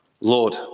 Lord